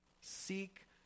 Seek